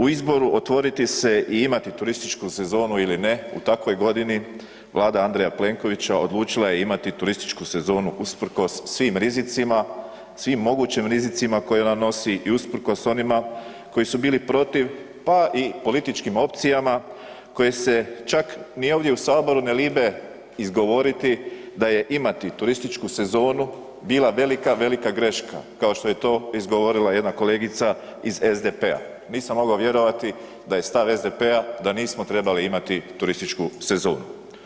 U izboru otvoriti se i imati turističku sezonu ili ne u takvoj godini, vlada Andreja Plenkovića odlučila je imati turističku sezonu usprkos svim rizicima, svim mogućim rizicima koje ona nosi i usprkos onima koji su bili protiv pa i političkim opcijama koje se čak ni ovdje u Saboru ne libe izgovoriti da je imati turističku sezonu bila velika, velika greška, kao što je to izgovorila jedna kolegica iz SDP-a. nisam mogao vjerovati da je stav SDP-a da nismo trebali imati turističku sezonu.